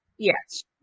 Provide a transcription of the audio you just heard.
Yes